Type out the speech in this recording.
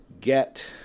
get